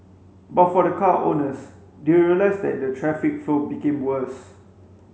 but for the car owners they realised that the traffic flow became worse